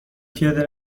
پیاده